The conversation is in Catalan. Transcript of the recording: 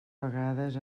vegades